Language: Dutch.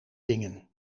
dingen